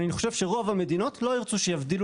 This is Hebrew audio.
אני חושב שרוב המדינות לא ירצו שיבדילו